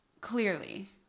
clearly